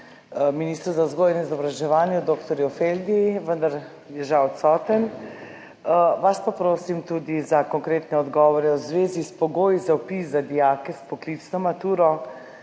ministru za vzgojo in izobraževanje dr. Feldi, vendar je žal odsoten, vas pa prosim tudi za konkretne odgovore v zvezi s pogoji za vpis za dijake s poklicno maturo